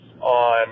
on